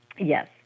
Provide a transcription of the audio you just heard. yes